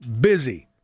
busy